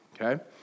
okay